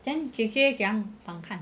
then 姐姐怎样反抗